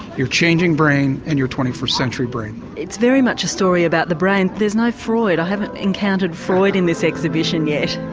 your changing brain and your twenty first century brain. it's very much a story about the brain but there's no freud, i haven't encountered freud in this exhibition yet.